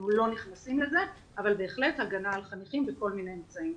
אנחנו לא נכנסים לזה אבל בהחלט הגנה על חניכים בכל מיני אמצעים.